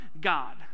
God